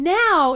now